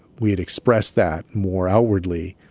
we had expressed that more outwardly?